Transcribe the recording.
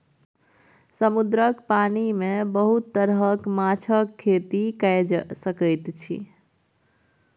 समुद्रक पानि मे बहुत रास तरहक माछक खेती कए सकैत छी